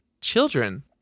children